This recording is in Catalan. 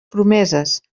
promeses